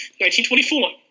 1924